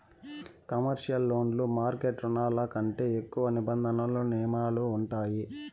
commercial లోన్లు market రుణాల కంటే ఎక్కువ నిబంధనలు నియమాలు ఉంటాయి